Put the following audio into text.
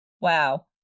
Wow